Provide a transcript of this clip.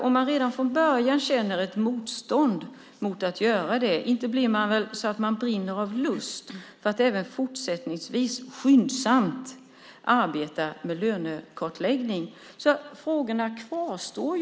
Om man redan från början känner ett motstånd mot att göra en lönekartläggning brinner man väl inte av lust att även fortsättningsvis skyndsamt arbeta med det. Mina frågor kvarstår.